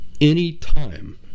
Anytime